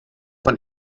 von